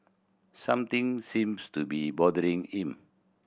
something seems to be bothering him